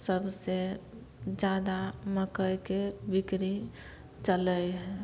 सबसे ज्यादा मकइके बिक्री चलै हइ